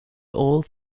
all